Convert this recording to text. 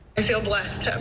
i feel blessed that